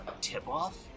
tip-off